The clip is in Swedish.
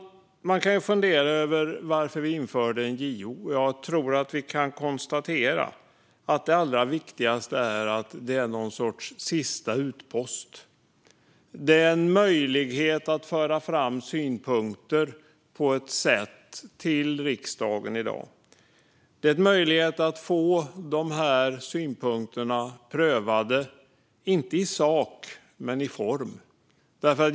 Man kan fundera över varför vi införde en JO. Jag tror att vi kan konstatera att det allra viktigaste är att det är någon sorts sista utpost. Det är en möjlighet att föra fram synpunkter på ett sätt som når riksdagen i dag. Det är en möjlighet att få synpunkterna prövade inte i sak men i form.